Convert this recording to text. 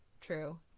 true